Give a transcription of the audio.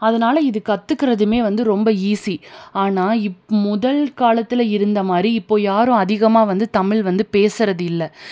அதனால் இது கற்றுக்கறதுமே வந்து ரொம்ப ஈஸி ஆனால் இப்போ முதல் காலத்தில் இருந்த மாதிரி இப்போ யாரும் அதிகமாக வந்து தமிழ் பேசுகிறது இல்லை